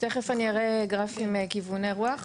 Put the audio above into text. תיכף אני אראה גרף עם כיווני רוח,